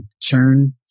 churn